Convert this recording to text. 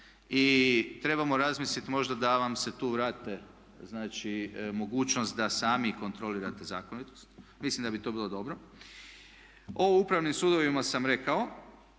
I trebamo razmisliti možda da vam se tu vrati znači mogućnost da sami kontrolirate zakonitost. Mislim da bi to bilo dobro. O upravnim sudovima sam rekao,